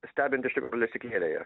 stebint iš tikro lesyklėlėje